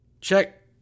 Check